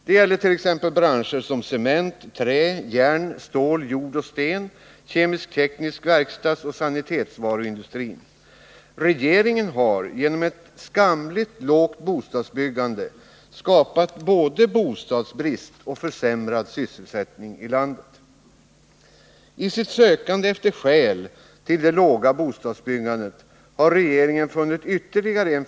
Det gäller t.ex. branscher som och sanitetsvaruindustri. Regeringen har genom ett skamligt lågt bostadsbyggande skapat både bostadsbrist och försämrad sysselsättning i landet. I sitt sökande efter skäl till det låga bostadsbyggandet har regeringen funnit ytterligare er.